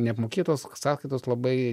neapmokėtos sąskaitos labai